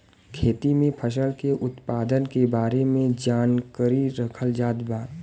खेती में फसल के उत्पादन के बारे में जानकरी रखल जात बा